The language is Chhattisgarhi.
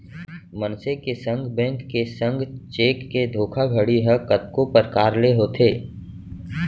मनसे के संग, बेंक के संग चेक के धोखाघड़ी ह कतको परकार ले होथे